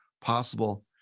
possible